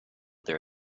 their